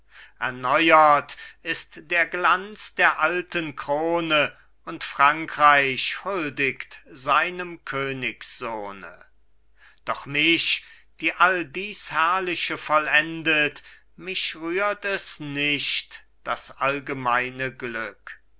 erneuert ist der glanz der alten krone und frankreich huldigt seinem königssohne doch mich die all dies herrliche vollendet mich rührt es nicht das allgemeine glück